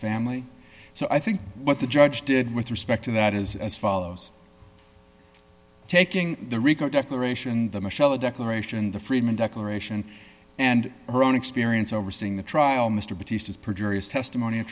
family so i think what the judge did with respect to that is as follows taking the rico declaration the michele the declaration the freedmen declaration and her own experience overseeing the trial mr butt used as perjury is testimony a